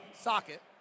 socket